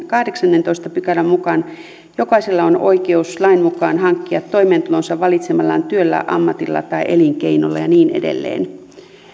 kahdeksannentoista pykälän mukaan jokaisella on oikeus lain mukaan hankkia toimeentulonsa valitsemallaan työllä ammatilla tai elinkeinolla ja niin edelleen